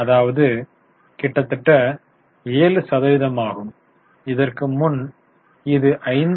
அதாவது கிட்டத்தட்ட 7 சதவீதமாகும் இதற்கு முன் இது 5